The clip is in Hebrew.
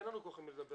אין לנו עם מי לדבר.